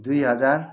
दुई हजार